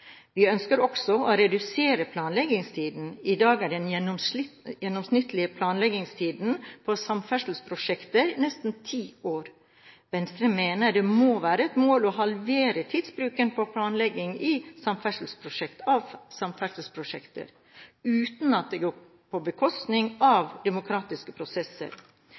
Vi ønsker også å redusere planleggingstiden. I dag er den gjennomsnittlige planleggingstiden for samferdselsprosjekter nesten ti år. Venstre mener det må være et mål å halvere tidsbruken for planlegging av samferdselsprosjekter, uten at det går på bekostning av demokratiske prosesser.